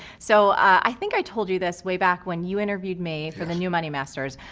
so i think i told you this way back when you interviewed me for the new money masters.